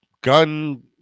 gun